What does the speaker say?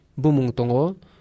bumungtongo